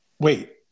Wait